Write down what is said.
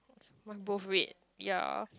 mine both red ya